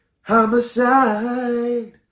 Homicide